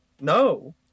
No